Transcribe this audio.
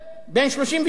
בן 33,